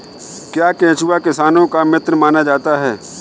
क्या केंचुआ किसानों का मित्र माना जाता है?